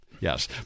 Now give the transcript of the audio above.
Yes